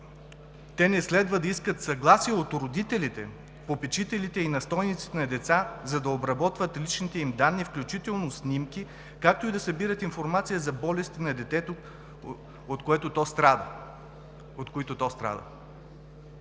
те не следва да искат съгласие от родителите, попечителите и настойниците на деца, за да обработват личните им данни, включително снимки, както и да събират информация за болести на детето, от които то страда.